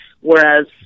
whereas